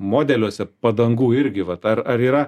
modeliuose padangų irgi vat ar ar yra